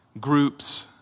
groups